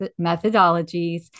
methodologies